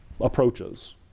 approaches